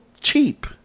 cheap